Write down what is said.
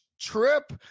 trip